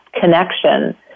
connection